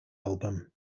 album